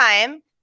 time